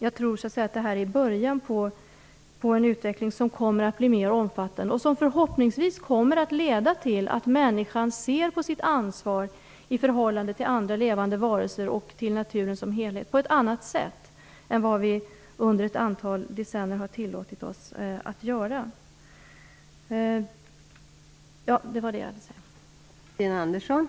Jag tror att det är början på en utveckling som kommer att bli mer omfattande och som förhoppningsvis kommer att leda till att människan ser på sitt ansvar i förhållande till andra levande varelser och till naturen som helhet på ett annat sätt än vad vi har tillåtit oss att göra under ett antal decennier.